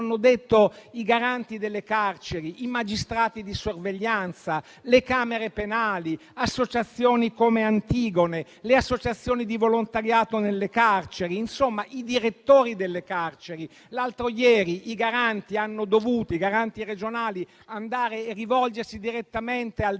quotidiano, i garanti delle carceri, i magistrati di sorveglianza, le Camere penali, associazioni come Antigone, associazioni di volontariato nelle carceri, i direttori delle carceri. L'altro ieri i Garanti regionali hanno dovuto rivolgersi direttamente al